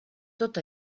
tot